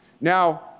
Now